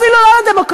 אפילו לא לדמוקרטיה.